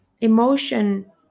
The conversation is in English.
emotion